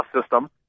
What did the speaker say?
system